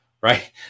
right